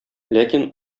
ләкин